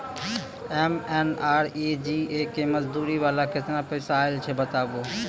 MNREGA के मज़दूरी वाला केतना पैसा आयल छै बताबू?